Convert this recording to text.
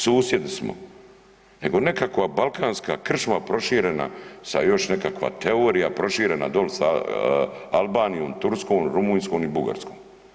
Susjedi smo, nego nekakva balkanska krčma proširena, sad još nekakva teorija proširena doli sa Albanijom, Turskom, Rumunjskom i Bugarskom.